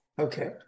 Okay